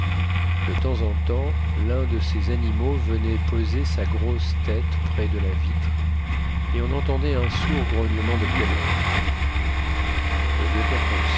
de temps en temps l'un de ces animaux venait poser sa grosse tête près de la vitre et on entendait un sourd grognement de colère le lieutenant